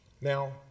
Now